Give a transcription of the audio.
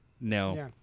no